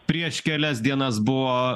prieš kelias dienas buvo